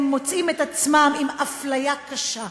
הם מוצאים את עצמם עם אפליה קשה,